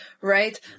Right